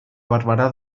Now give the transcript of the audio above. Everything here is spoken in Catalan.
barberà